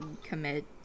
commit